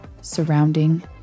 surrounding